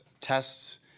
tests